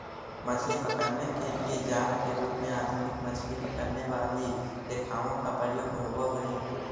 मछली पकड़ने के लिए जाल के रूप में आधुनिक मछली पकड़ने वाली रेखाओं का प्रयोग होवअ हई